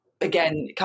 again